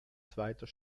zweiter